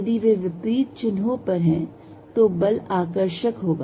यदि वे विपरीत चिन्हों पर हैं तो बल आकर्षक होगा